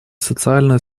социальную